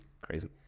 crazy